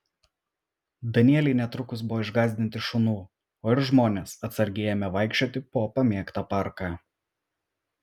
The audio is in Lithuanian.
danieliai netrukus buvo išgąsdinti šunų o ir žmonės atsargiai ėmė vaikščioti po pamėgtą parką